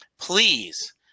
please